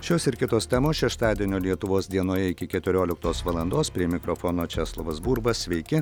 šios ir kitos temos šeštadienio lietuvos dienoje iki keturioliktos valandos prie mikrofono česlovas burba sveiki